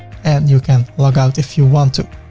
and you can log out if you want to.